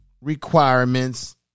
requirements